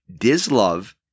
DISLOVE